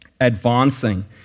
advancing